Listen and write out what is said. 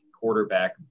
quarterback